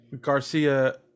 Garcia